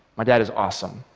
my dad is awesome.